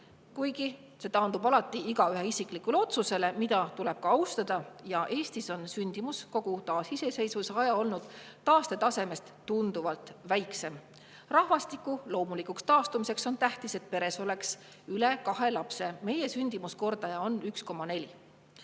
kuigi see taandub alati igaühe isiklikule otsusele, mida tuleb ka austada. Eestis on sündimus kogu taasiseseisvusaja olnud taastetasemest tunduvalt väiksem. Rahvastiku loomulikuks taastumiseks on tähtis, et peres oleks üle kahe lapse. Meie sündimuskordaja on 1,4.